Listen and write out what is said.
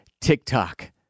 tiktok